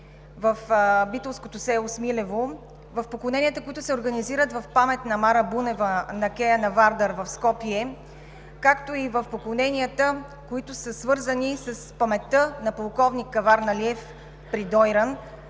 в битолското село Смилево, в поклоненията, които се организират в памет на Мара Бунева на кея на Вардар в Скопие, както и в поклоненията, които са свързани с паметта на полковник Каварналиев при Дойран.